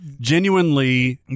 Genuinely